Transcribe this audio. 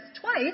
twice